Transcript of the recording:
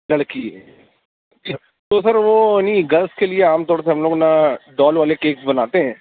لڑکی ہے تو سر وہ نہیں گرلس کے لیے عام طور سے ہم لوگ نا ڈال والے کیک بناتے ہیں